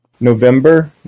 November